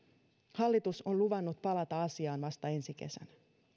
hallitus on luvannut palata asiaan vasta ensi kesänä